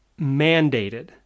mandated